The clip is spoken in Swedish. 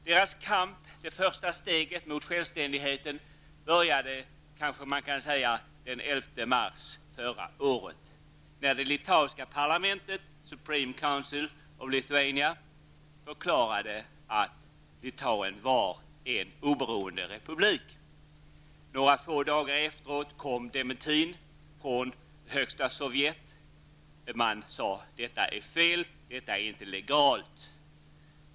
Deras kamp, det första steget mot självständigheten, började, kan man säga, den 11 mars förra året då det litauiska parlamentet, Supreme Council of Lithuania, förklarade att Litauen var en oberoende republik. Några få dagar efteråt kom dementin från Högsta sovjet. Man sade att detta var fel och att detta inte var legalt.